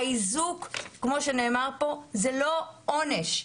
האיזוק כמו שנאמר פה זה לא עונש.